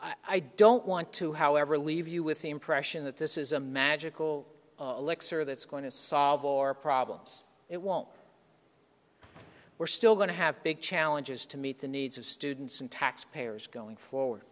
i don't want to however leave you with the impression that this is a magical a lexer that's going to solve all our problems it won't we're still going to have big challenges to meet the needs of students and taxpayers going forward